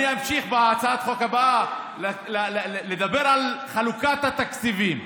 אני אמשיך בהצעת החוק הבאה לדבר על חלוקת התקציבים.